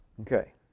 Okay